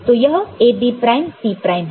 तो यह A B prime C prime है